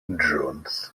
jones